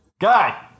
Guy